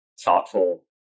thoughtful